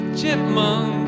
chipmunk